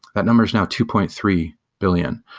that numbers now two point three billion.